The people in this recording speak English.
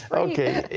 so okay.